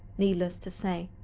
needless to say,